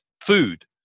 food